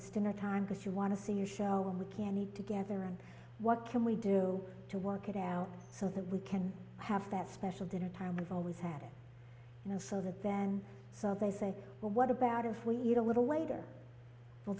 it's dinner time because you want to see you chelle when we can eat together and what can we do to work it out so that we can have that special dinner time we've always had and so that then they say well what about if we eat a little later for